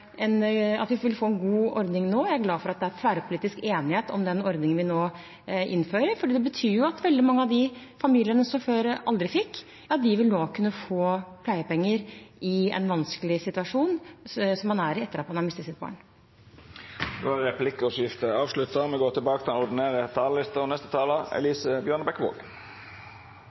mener at vi vil få en god ordning nå. Jeg er også glad for at det er tverrpolitisk enighet om den ordningen vi nå innfører, for det betyr at veldig mange av de familiene som før aldri fikk, nå vil kunne få pleiepenger i den vanskelige situasjonen man er i etter at man har mistet et barn. Replikkordskiftet er avslutta. Dei talarane som heretter får ordet, har òg ei taletid på inntil 3 minutt. Proposisjonen omhandler en rekke lovendringer, bl.a. kutt i minsteytelsen til